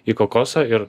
į kokosą ir